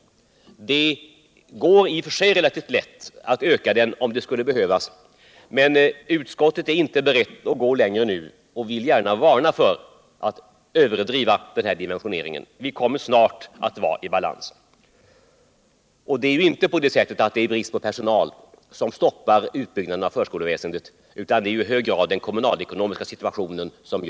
Det går i och för sig relativt lätt att öka utbildningskapaciteten om det skulle behövas, men utskottet är inte berett att nu gå längre och vill gärna varna för att överdriva den här dimensioneringen. Vi kommer snart att vara i balans. Det är inte brist på personal som stoppar utbyggnaden av förskoleväsendet utan i hög grad den kommunalekonomiska situationen.